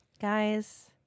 Guys